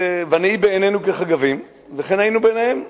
ונהי בעינינו כחגבים וכן היינו בעיניהם.